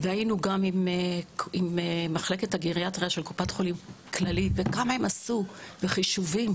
גם מחלקת הגריאטריה של קופת חולים כללית עשו כמה וכמה חישובים,